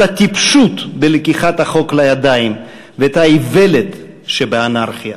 את הטיפשות בלקיחת החוק לידיים ואת האיוולת שבאנרכיה.